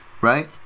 right